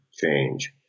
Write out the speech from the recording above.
change